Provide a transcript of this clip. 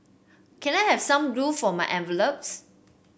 can I have some glue for my envelopes